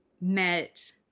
met